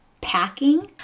packing